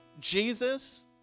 Jesus